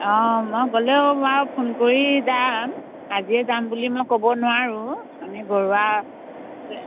অঁ মই গ'লেও বাৰু ফোন কৰি যাম আজিয়ে যাম বুলি মই ক'ব নোৱাৰোঁ আমি ঘৰুৱা